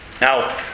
Now